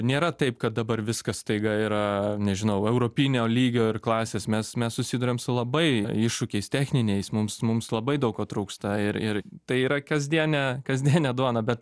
nėra taip kad dabar viskas staiga yra nežinau europinio lygio ir klasės mes mes susiduriam su labai iššūkiais techniniais mums mums labai daug ko trūksta ir ir tai yra kasdienė kasdienė duona bet